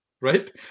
right